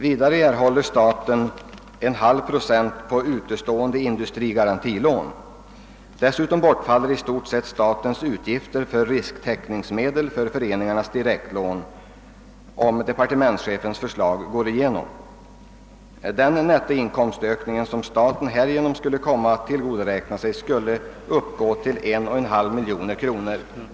Vidare erhåller staten en halv procent på utestående industrigarantilån. Dessutom bortfaller i stort sett statens utgifter för risktäckningsmedel för föreningarnas direktlån om departementschefens förslag går igenom. Den nettoinkomstökning som staten härigenom kan tillgodoräkna sig skulle uppgå till 1,5 miljon kronor.